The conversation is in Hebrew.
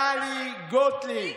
טלי גוטליב,